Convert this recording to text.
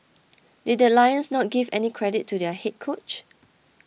did the Lions not give any credit to their head coach